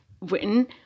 written